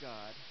God